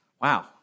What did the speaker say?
Wow